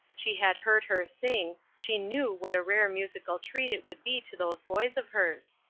she had heard her sing, she knew what a rare musical treat it would be to those boys of hers.